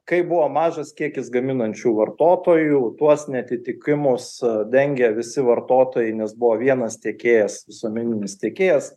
kai buvo mažas kiekis gaminančių vartotojų tuos neatitikimus dengia visi vartotojai nes buvo vienas tiekėjas visuomeninis tiekėjas